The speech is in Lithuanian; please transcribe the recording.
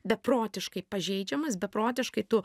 beprotiškai pažeidžiamas beprotiškai tu